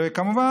וכמובן,